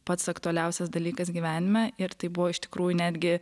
pats aktualiausias dalykas gyvenime ir tai buvo iš tikrųjų netgi